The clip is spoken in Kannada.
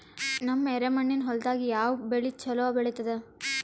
ನಮ್ಮ ಎರೆಮಣ್ಣಿನ ಹೊಲದಾಗ ಯಾವ ಬೆಳಿ ಚಲೋ ಬೆಳಿತದ?